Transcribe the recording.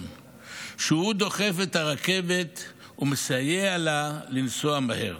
שהוא דוחף את הרכבת ומסייע לה לנסוע מהר.